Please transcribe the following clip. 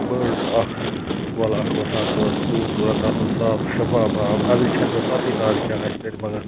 بٔڑ اَکھ کۄل اَکھ وَسان سۄ ٲس خوٗبصوٗرَت تَتھ اوس صاف شِفاف آب اَزٕچ چھَنہٕ مےٚ پَتہٕے آز کیٛاہ آسہِ تَتہِ مگر